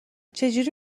چجوری